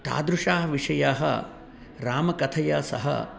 तादृशाः विषयाः रामकथया सह